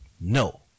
no